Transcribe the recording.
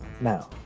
Now